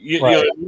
Right